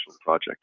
project